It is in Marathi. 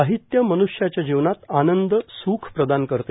साहित्य मन्ष्याच्या जीवनात आनंद स्ख प्रदान करते